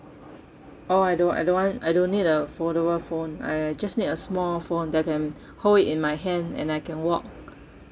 orh I don't I don't want I don't need a foldable phone I just need a small phone that I can hold it in my hand and I can walk